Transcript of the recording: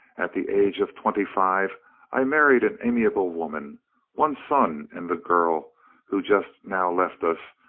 at the age of twenty-five i married an amiable woman one son, and the girl who just now left us,